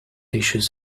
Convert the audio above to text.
issues